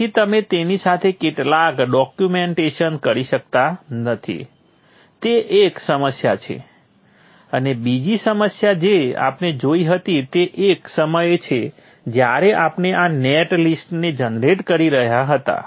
તેથી તમે તેની સાથે કેટલાક ડોક્યૂમેંટેશન કરી શકતા નથી તે એક સમસ્યા છે અને બીજી સમસ્યા જે આપણે જોઈ હતી તે એ સમયે છે જ્યારે આપણે આ નેટ લિસ્ટ જનરેટ કરી રહ્યા હતા